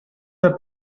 her